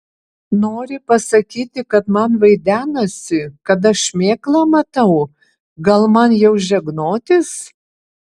nori pasakyti kad man vaidenasi kad aš šmėklą matau gal man jau žegnotis